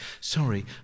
sorry